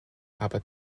aber